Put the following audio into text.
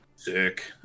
Sick